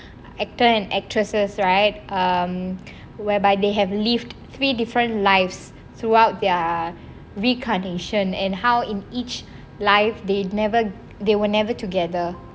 actor and actresses right um whereby they have lived three different lives throughout their reincarnation and how in each live they never they were never together